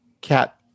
cat